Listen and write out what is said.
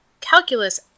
calculus